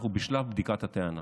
אנחנו בשלב בדיקת הטענה.